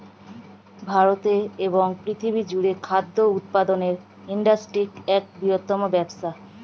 ভারতে এবং পৃথিবী জুড়ে খাদ্য উৎপাদনের ইন্ডাস্ট্রি এক বৃহত্তম ব্যবসা